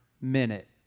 minute